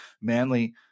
manly